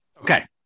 Okay